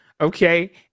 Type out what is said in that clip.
okay